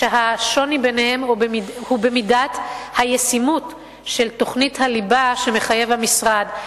והשוני ביניהם הוא במידת היישום של תוכנית הליבה שמחייב המשרד,